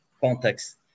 context